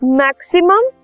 maximum